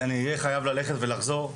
אני אהיה חייב ללכת ולחזור.